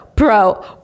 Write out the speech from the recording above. Bro